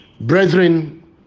brethren